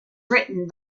written